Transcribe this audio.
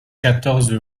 quatorze